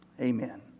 Amen